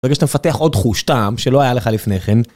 ברגע שאתה מפתח עוד חוש טעם שלא היה לך לפני כן.